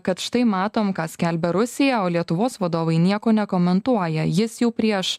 kad štai matom ką skelbia rusija o lietuvos vadovai nieko nekomentuoja jis jau prieš